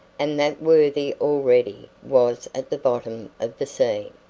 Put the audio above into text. and that worthy already was at the bottom of the sea.